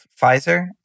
Pfizer